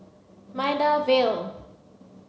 Maida Vale